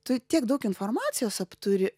tu tiek daug informacijos apturi